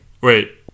Wait